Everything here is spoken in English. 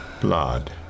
blood